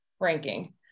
ranking